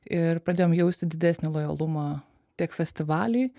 ir pradėjom jausti didesnį lojalumą tiek festivaliui